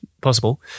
possible